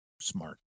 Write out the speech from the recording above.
smart